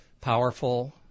powerful